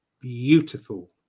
beautiful